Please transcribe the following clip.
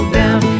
down